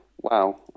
Wow